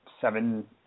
seven